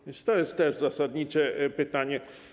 A więc to jest też zasadnicze pytanie.